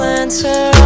answer